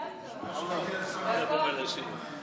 אתם מעוררים מהומות בצד ימין.